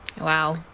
Wow